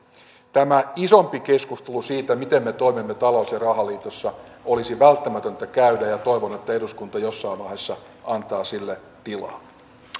tämä isompi keskustelu siitä miten me toimimme talous ja rahaliitossa olisi välttämätöntä käydä ja toivon että eduskunta jossain vaiheessa antaa sille tilaa